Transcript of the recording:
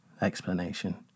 explanation